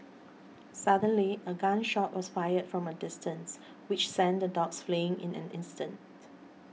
suddenly a gun shot was fired from a distance which sent the dogs fleeing in an instant